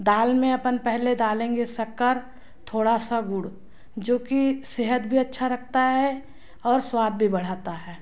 दाल में अपन पहले डालेंगे शक्कर थोड़ा सा गुड़ जो कि सेहत भी अच्छा रखता है और स्वाद भी बढ़ाता है